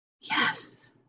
yes